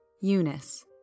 Eunice